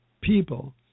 people